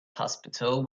hospital